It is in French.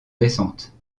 descente